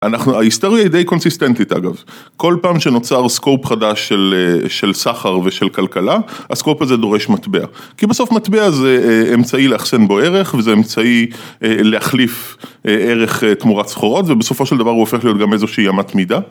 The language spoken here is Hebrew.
ההיסטוריה היא די קונסיסטנטית אגב, כל פעם שנוצר סקואפ חדש של סחר ושל כלכלה, הסקואפ הזה דורש מטבע, כי בסוף מטבע זה אמצעי לאחסן בו ערך וזה אמצעי להחליף ערך תמורת סחורות ובסופו של דבר הוא הופך להיות גם איזושהי אמת מידה.